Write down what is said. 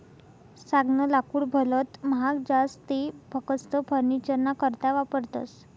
सागनं लाकूड भलत महाग जास ते फकस्त फर्निचरना करता वापरतस